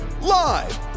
Live